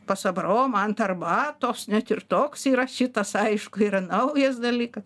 pas abraomą ant arbatos net ir toks yra šitas aišku yra naujas dalykas